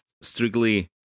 strictly